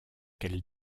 quel